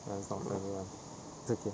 ya it's not for everyone it's okay